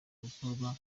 gukorwa